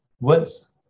words